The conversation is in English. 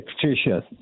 Patricia